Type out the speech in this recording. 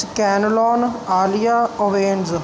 Scanlon ਆਲੀਆ ਓਵੇਂਜ